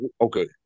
Okay